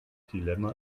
dilemma